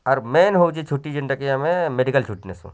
ଆର୍ ମେନ୍ ହେଉଛି ଛୁଟି ଯେନ୍ତା କି ଆମେ ମେଡ଼ିକାଲ ଛୁଟି ନେସୁ